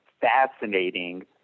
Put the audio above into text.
fascinating